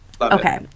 okay